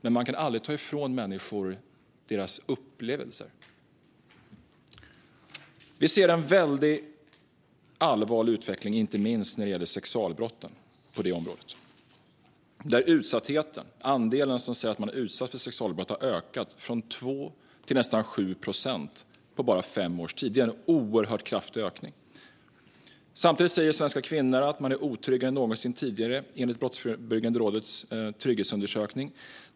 Men man kan aldrig ta ifrån människor deras upplevelser. Vi ser en mycket allvarlig utveckling på detta område, inte minst när det gäller sexualbrotten. Utsattheten - andelen som säger att man är utsatt för sexualbrott - har ökat från 2 till nästan 7 procent på bara fem års tid. Det är en oerhört kraftig ökning. Samtidigt säger svenska kvinnor, enligt Brottsförebyggande rådets trygghetsundersökning, att de är otryggare än någonsin tidigare.